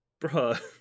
bruh